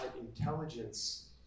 intelligence